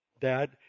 Dad